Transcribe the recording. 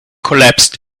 collapsed